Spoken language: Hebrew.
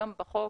היום בחוק,